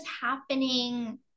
happening